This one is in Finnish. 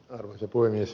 arvoisa puhemies